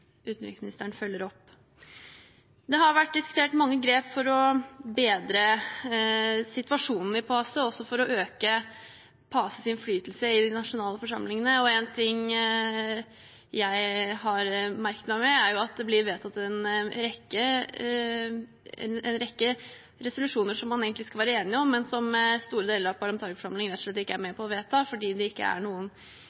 utenriksministeren følger opp. Det har vært diskutert mange grep for å bedre situasjonen i PACE, også for å øke PACEs innflytelse i de nasjonale forsamlingene. En ting jeg har merket meg, er at det blir vedtatt en rekke resolusjoner som man egentlig skal være enig om, men som store deler av parlamentarikerforsamlingen rett og slett ikke er med